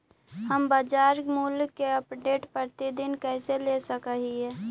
हम बाजार मूल्य के अपडेट, प्रतिदिन कैसे ले सक हिय?